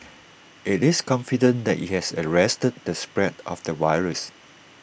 IT is confident that IT has arrested the spread of the virus